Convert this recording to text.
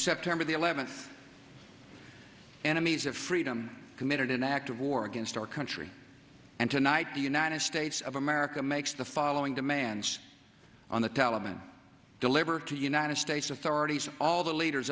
september the eleventh anime's of freedom committed an act of war against our country and tonight the united states of america makes the following demands on the taliban delivered to united states authorities all the leaders